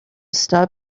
stop